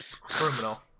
Criminal